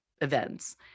events